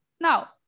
Now